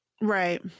Right